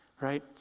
right